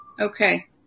Okay